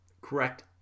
correct